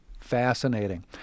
Fascinating